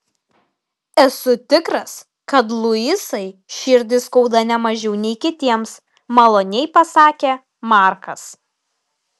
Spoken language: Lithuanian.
esu tikras kad luisai širdį skauda ne mažiau nei kitiems maloniai pasakė markas